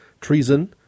treason